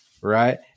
right